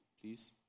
please